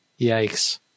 Yikes